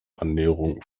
annäherung